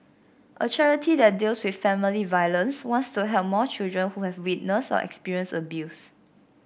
a charity that deals with family violence wants to help more children who have witnessed or experienced abuse